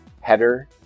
header